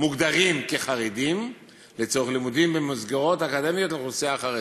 מוגדרים כחרדים לצורך לימודים במסגרות אקדמיות לאוכלוסייה החרדית.